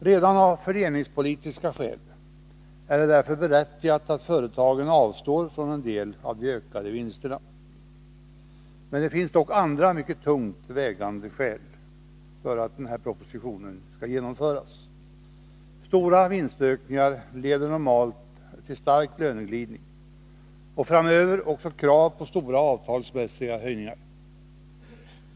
Redan av fördelningspolitiska skäl är det därför berättigat att företagen avstår från en del av de ökade vinsterna. Det finns dock också andra mycket tungt vägande skäl för att propositionens förslag skall genomföras. Stora vinstökningar leder normalt till stark löneglidning och framöver också till krav på stora avtalsmässiga höjningar.